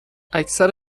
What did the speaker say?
اکثر